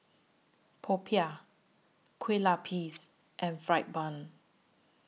Popiah Kue Lupis and Fried Bun